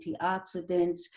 antioxidants